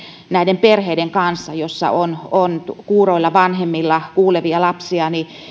näiden perheiden kanssa joissa on on kuuroilla vanhemmilla kuulevia lapsia